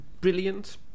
brilliant